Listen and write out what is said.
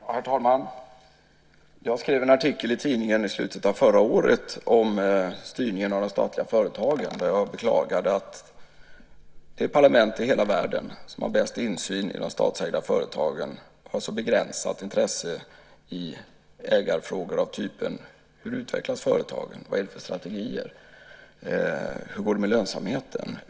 Herr talman! Jag skrev en artikel i tidningen i slutet av förra året om styrningen av de statliga företagen där jag beklagade att det parlament i hela världen som har mest insyn i de statsägda företagen har så begränsat intresse i ägarfrågor av typen: Hur utvecklas företagen? Vad har man för strategier? Hur går det med lönsamheten?